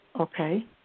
Okay